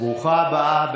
ברוכה הבאה.